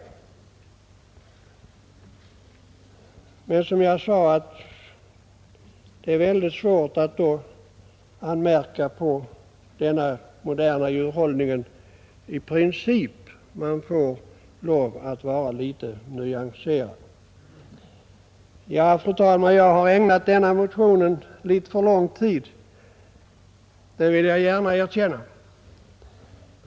Det är då, som jag sade, väldigt svårt att anmärka på den moderna djurhållningen i princip. Man får lov att vara litet nyanserad. Ja, fru talman, jag har ägnat denna motion litet för lång tid — det vill jag gärna erkänna.